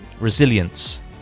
resilience